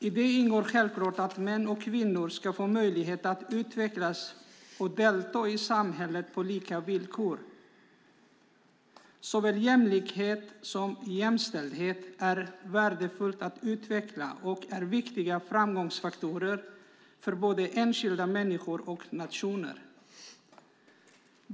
I det ingår självklart att män och kvinnor ska få möjlighet att utvecklas och delta i samhället på lika villkor. Såväl jämlikhet som jämställdhet är värdefulla att utveckla och är viktiga framgångsfaktorer för både enskilda människor och nationer.